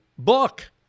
book